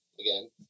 Again